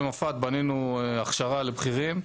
במפא"ת בנינו הכשרה לבכירים.